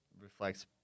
reflects